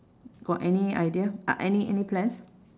got any idea uh any any plans